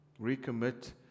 Recommit